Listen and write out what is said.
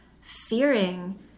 fearing